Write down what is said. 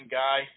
guy